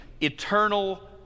eternal